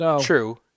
True